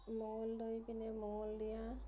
মঙ্গলদৈ পিনে মঙ্গলদৈয়া